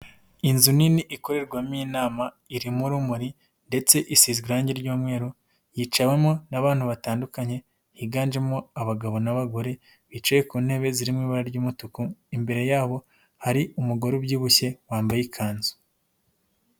Inzu nini ikorerwamo inama irimo urumuri ndetse isize irangi ry'umweru hiciwemo n'abantu batandukanye higanjemo abagabo n'abagore bicaye ku ntebe ziri mu, ibara ry'umutuku imbere yabo hari umugore ubyibushye wambaye ikanzu.